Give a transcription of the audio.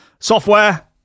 software